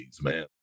Man